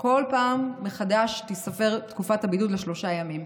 לארץ כל פעם תיספר מחדש תקופת הבידוד לשלושה ימים.